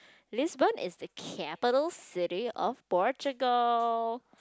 Lisbon is the capital city of Portugal